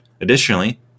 Additionally